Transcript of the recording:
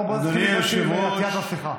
בוא נתחיל בעטיית מסכה.